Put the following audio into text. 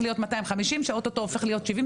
להיות 250 שאוטוטו הופכים להיות 70,